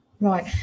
Right